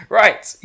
right